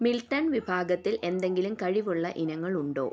Milton വിഭാഗത്തിൽ എന്തെങ്കിലും കിഴിവുള്ള ഇനങ്ങൾ ഉണ്ടോ